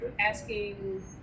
asking